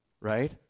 right